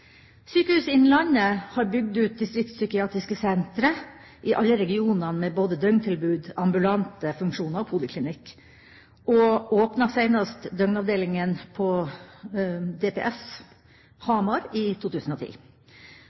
Sykehuset Innlandet følgende: «Sykehuset Innlandet HF har bygd ut DPS i alle regionene med både døgntilbud, ambulante funksjoner og poliklinikk, og åpnet senest døgnavdelingen på DPS Hamar i 2010.